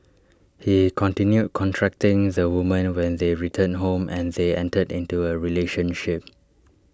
he continued contacting the woman when they returned home and they entered into A relationship